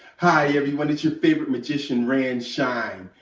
hi, everyone it's your favorite magician, ran'd shine,